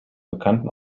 bekannten